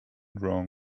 wrong